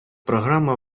програма